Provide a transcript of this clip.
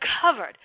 covered